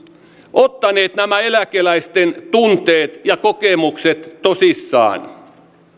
ottaneet nämä eläkeläisten tunteet ja kokemukset tosissaan